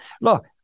look